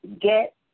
get